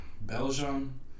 Belgium